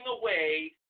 away